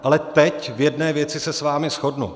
Ale teď v jedné věci se s vámi shodnu.